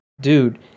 Dude